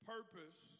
Purpose